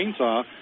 chainsaw